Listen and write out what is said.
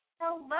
Hello